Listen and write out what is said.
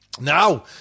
Now